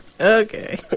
Okay